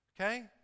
Okay